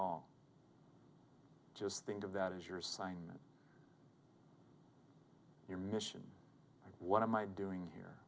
all just think of that as your assignment your mission what am i doing here